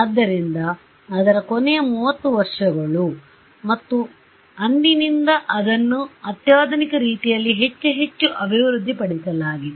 ಆದ್ದರಿಂದ ಅದರ ಕೊನೆಯ 30 ವರ್ಷಗಳು ಉಲ್ಲೇಖ ಸಮಯ 0519 ಮತ್ತು ಅಂದಿನಿಂದ ಅದನ್ನು ಅತ್ಯಾಧುನಿಕ ರೀತಿಯಲ್ಲಿ ಹೆಚ್ಚು ಹೆಚ್ಚು ಅಭಿವೃದ್ಧಿಪಡಿಸಲಾಗಿದೆ